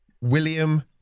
William